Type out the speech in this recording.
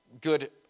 good